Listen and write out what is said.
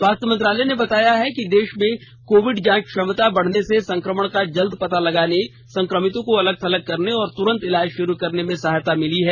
स्वास्थ्य मंत्रालय ने बताया है कि देश में कोविड जांच क्षमता बढ़र्न से संक्रमण का जल्द पता लगाने संक्रमितों को अलग थलग करने और तुरंत इलाज शुरू करने में सहायता मिली है